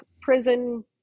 prison